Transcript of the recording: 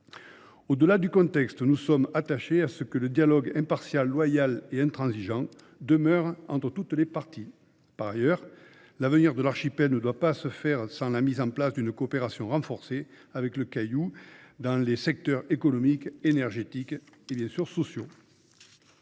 Au delà du contexte, nous sommes attachés à ce qu’un dialogue impartial, loyal et intransigeant demeure entre toutes les parties. Par ailleurs, l’avenir de l’archipel ne doit pas se faire sans la mise en place d’une coopération renforcée avec le Caillou dans les secteurs économique, énergétique et social.